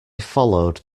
followed